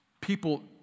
people